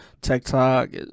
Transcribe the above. TikTok